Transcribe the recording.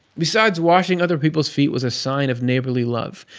besides, washing other people's feet was a sign of neighborly love,